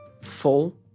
full